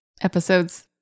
episodes